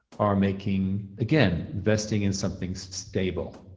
are making again, vesting in something stable,